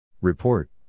Report